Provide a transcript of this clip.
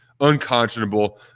unconscionable